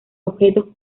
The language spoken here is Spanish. objetos